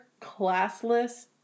classless